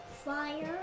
Fire